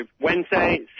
Wednesday